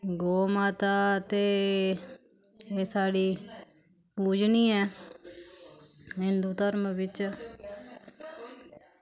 गौ माता ते एह् साढ़ी पूजनीय ऐ हिंदू धरम बिच्च